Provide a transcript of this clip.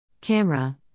Camera